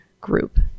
group